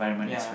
ya